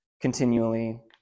continually